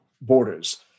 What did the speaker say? borders